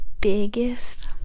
biggest